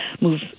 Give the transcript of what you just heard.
move